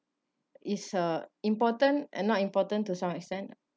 is a important and not important to some extent